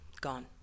gone